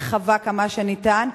רחבה כמה שניתן,